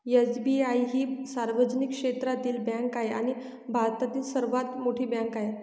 SBI ही सार्वजनिक क्षेत्रातील बँक आहे आणि भारतातील सर्वात मोठी बँक आहे